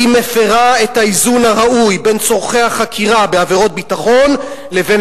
היא מפירה את האיזון הראוי בין צורכי החקירה בעבירות ביטחון לבין